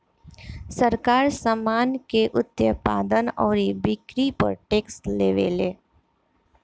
सरकार, सामान के उत्पादन अउरी बिक्री पर टैक्स लेवेले